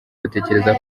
batekereza